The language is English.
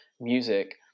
music